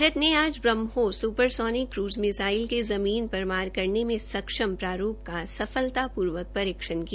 भारत ने आज सक्षम बह्मोस सुपरसोनिक क्रूज़ मिसाइल के जमीन पर मार करने में सक्षम प्रारूप सफलतापूर्वक परीक्षण किया